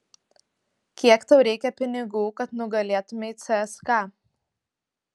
kiek tau reikia pinigų kad nugalėtumei cska